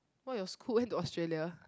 why your school went to Australia